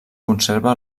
conserva